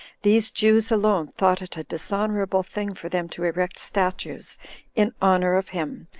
these jews alone thought it a dishonorable thing for them to erect statues in honor of him,